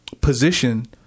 position